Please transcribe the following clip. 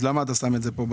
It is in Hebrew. אז למה אתה שם את זה במטרות